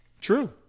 true